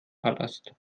palast